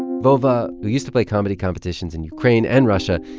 vova, who used to play comedy competitions in ukraine and russia,